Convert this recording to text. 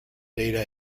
data